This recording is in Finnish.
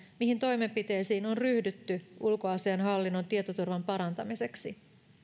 mihin toimenpiteisiin on ryhdytty ulkoasiainhallinnon tietoturvan parantamiseksi